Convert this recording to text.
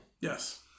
Yes